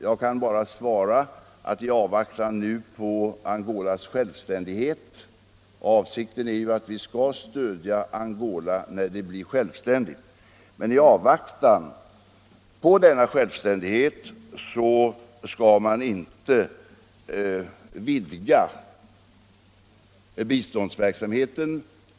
Jag kan bara svara att avsikten är att vi skall stödja Angola när det blir självständigt, men i avvaktan på denna självständighet skall man inte vidga biståndsverksamheten.